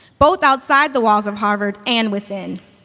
both outside the walls of harvard and within.